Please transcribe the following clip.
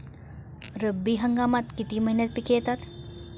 रब्बी हंगामात किती महिन्यांत पिके येतात?